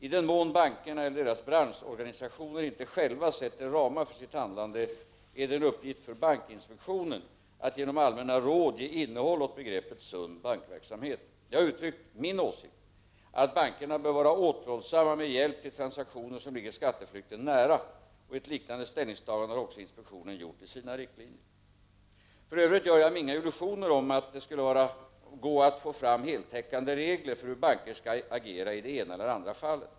I den mån bankerna eller deras branschorganisationer inte själva sätter ramar för sitt handlande är det en uppgift för bankinspektionen att genom allmänna råd ge innehåll åt begreppet sund bankverksamhet. Jag har uttryckt min åsikt att bankerna bör vara återhållsamma med hjälp till transaktioner som ligger skatteflykten nära, och ett liknande ställningstagande har också inspektionen gjort i sina riktlinjer. För övrigt gör jag mig inga illusioner om att det skulle gå att få fram heltäckande regler för hur banker skall agera i det ena eller andra fallet.